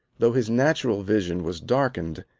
though his natural vision was darkened,